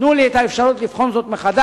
תנו לי את האפשרות לבחון זאת מחדש,